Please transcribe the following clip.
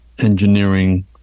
engineering